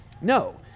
no